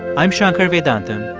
i'm shankar vedantam,